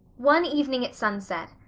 one evening at sunset,